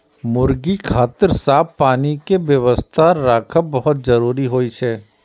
मुर्गी खातिर साफ पानी के व्यवस्था राखब बहुत जरूरी होइ छै